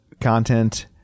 content